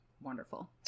wonderful